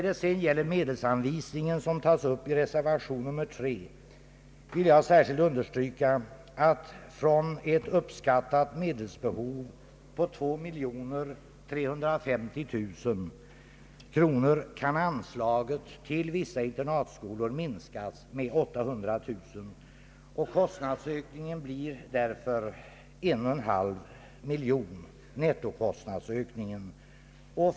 Vad sedan beträffar medelsanvisningen, som tas upp i reservation 3, vill jag särskilt understryka att från ett uppskattat medelsbehov på 2350 000 kronor kan avdragas anslaget till vissa internatskolor med 800 000 kronor. Nettokostnadsökningen blir därför en och en halv miljon kronor.